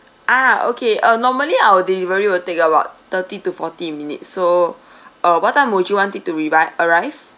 ah okay uh normally our delivery will take about thirty to forty minutes so uh what time would you want it to revi~ arrive